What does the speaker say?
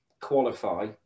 qualify